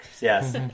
yes